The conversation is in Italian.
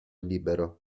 libero